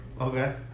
okay